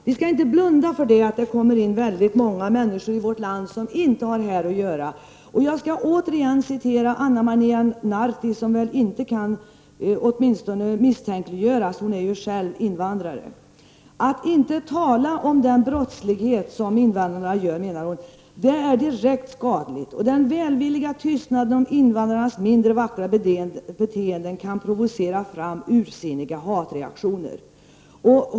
Vi skall inte blunda för att det kommer in väldigt många människor i vårt land som inte har här att göra. Jag skall återigen referera Ana Mari Narti, som väl åtminstone inte kan misstänkliggöras — hon är ju själv invandrare. Att inte tala om den brottslighet som invandrarna står för är, menar hon, direkt skadligt. Den välvilliga tystnaden om invandrarnas mindre vackra beteenden kan provocera fram ursinniga hatreaktioner, säger hon.